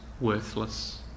worthless